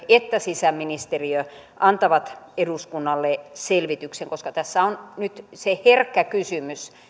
että sisäministeriö antavat eduskunnalle selvityksen koska tässä on nyt se herkkä kysymys